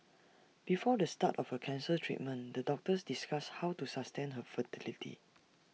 before the start of her cancer treatment the doctors discussed how to sustain her fertility